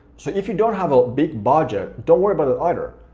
so if you don't have a big budget, don't worry about that other,